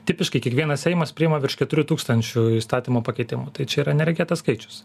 tipiškai kiekvienas seimas priima virš keturių tūkstančių įstatymo pakeitimų tai čia yra neregėtas skaičius